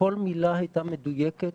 כל מילה הייתה מדויקת,